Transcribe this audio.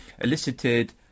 elicited